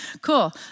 cool